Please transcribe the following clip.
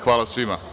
Hvala svima.